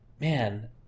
man